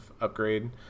upgrade